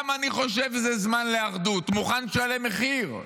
גם אני חושב שזה זמן לאחדות, אני מוכן לשלם מחיר,